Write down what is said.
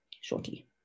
shortly